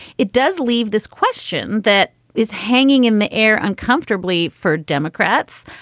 it does leave this question that is hanging in the air uncomfortably for democrats.